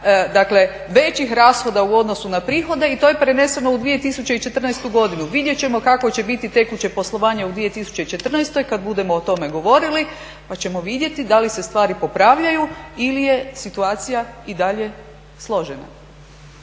većih rashoda u odnosu na prihode i to je preneseno u 2014. godinu. Vidjet ćemo kako će biti tekuće poslovanje u 2014. kada budemo o tome govorili pa ćemo vidjeti da li se stvari popravljaju ili je situacija i dalje složena.